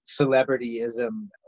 celebrityism